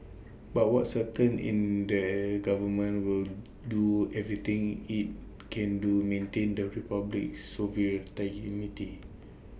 but what's certain in that government will do everything IT can to maintain the republic's